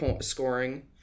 scoring